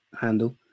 handle